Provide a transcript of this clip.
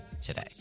today